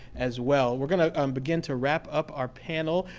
as well. we're going to um begin to wrap up our panel,